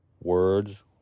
Words